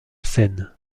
seine